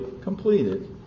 completed